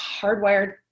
hardwired